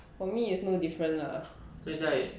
for me it's no different lah